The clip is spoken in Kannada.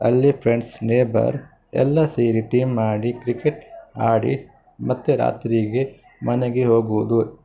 ಅಲ್ಲಿ ಫ್ರೆಂಡ್ಸ್ ನೇಬರ್ ಎಲ್ಲ ಸೇರಿ ಟೀಮ್ ಮಾಡಿ ಕ್ರಿಕೆಟ್ ಆಡಿ ಮತ್ತೆ ರಾತ್ರಿಗೆ ಮನೆಗೆ ಹೋಗುವುದು